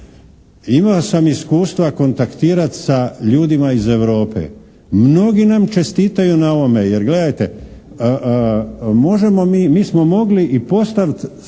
Imao sam iskustva kontaktirati sa ljudima iz Europe. Mnogi nam čestitaju na ovome. Jer gledajte, možemo mi, mi smo mogli i postaviti